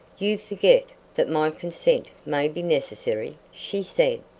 you forget that my consent may be necessary, she said.